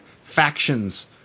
factions